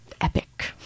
Epic